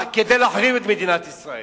כדי להחריב את מדינת ישראל.